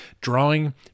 drawing